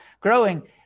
growing